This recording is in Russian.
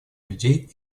людей